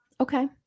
Okay